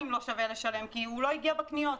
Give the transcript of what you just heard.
לא שווה לשלם כי הוא לא הגיע בקניות.